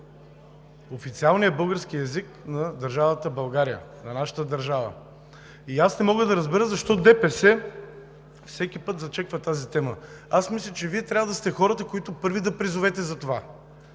официалният български език на държавата България, на нашата държава. И аз не мога да разбера защо ДПС всеки път зачеква тази тема. Мисля, че Вие трябва да сте хората, които първи да призовете за това